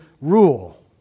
rule